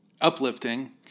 uplifting